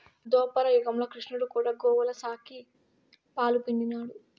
దోపర యుగంల క్రిష్ణుడు కూడా గోవుల సాకి, పాలు పిండినాడు